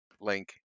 Link